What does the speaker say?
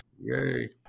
Yay